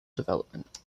development